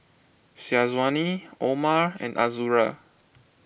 Syazwani Omar and Azura